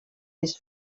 his